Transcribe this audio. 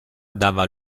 dava